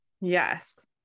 yes